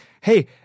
hey